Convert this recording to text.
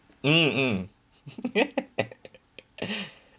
mm mm